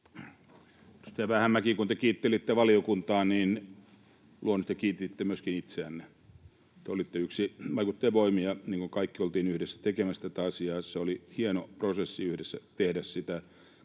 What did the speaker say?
kun te kiittelitte valiokuntaa, niin luonnollisesti kiititte myöskin itseänne. Te olitte yksi vaikuttajavoimia, niin kuin kaikki oltiin yhdessä tekemässä tätä asiaa. Se oli hieno prosessi yhdessä tehdä sitä.